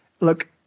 Look